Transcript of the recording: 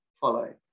follow